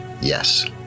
Yes